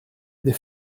des